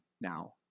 now